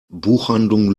buchhandlung